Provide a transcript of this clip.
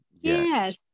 Yes